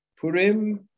Purim